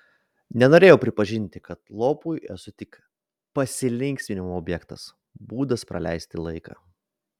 nenorėjau pripažinti kad lopui esu tik pasilinksminimo objektas būdas praleisti laiką